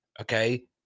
okay